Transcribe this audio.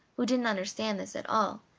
who didn't understand this at all,